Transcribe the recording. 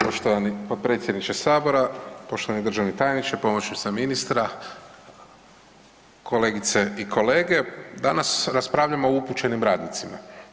Poštovani potpredsjedniče sabora, poštovani državni tajniče, pomoćnica ministra, kolegice i kolege danas raspravljamo o upućenim radnicima.